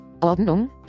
Ordnung